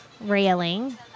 railing